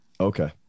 Okay